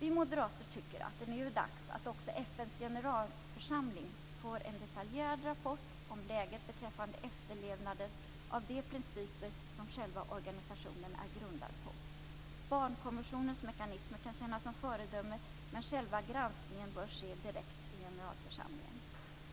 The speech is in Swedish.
Vi moderater tycker att det nu är dags att också FN:s generalförsamling får en detaljerad rapport om läget beträffande efterlevnaden av de principer som själva organisationen är grundad på. Barnkonventionens mekanismer kan tjäna som föredöme, men själva granskningen bör ske direkt i generalförsamlingen.